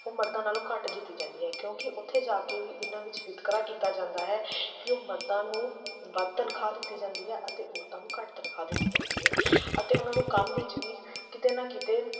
ਉਹ ਮਰਦਾਂ ਨਾਲੋਂ ਘੱਟ ਦਿੱਤੀ ਜਾਂਦੀ ਹੈ ਕਿਉਂਕਿ ਉੱਥੇ ਜਾ ਕੇ ਵੀ ਇਹਨਾਂ ਵਿੱਚ ਵਿਤਕਰਾ ਕੀਤਾ ਜਾਂਦਾ ਹੈ ਕਿ ਉਹ ਮਰਦਾਂ ਨੂੰ ਵੱਧ ਤਨਖਾਹ ਦਿੱਤੀ ਜਾਂਦੀ ਹੈ ਅਤੇ ਔਰਤਾਂ ਨੂੰ ਘੱਟ ਤਨਖਾਹ ਦਿੱਤੀ ਜਾਂਦੀ ਹੈ ਅਤੇ ਉਹਨਾਂ ਨੂੰ ਕੰਮ ਵਿੱਚ ਵੀ ਕਿਤੇ ਨਾ ਕਿਤੇ